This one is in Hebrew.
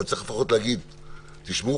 אבל צריך לפחות להגיד: תשמעו,